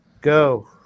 Go